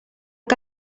que